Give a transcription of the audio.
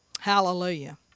Hallelujah